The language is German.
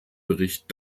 bericht